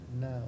now